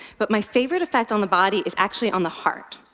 but my favorite effect on the body is actually on the heart.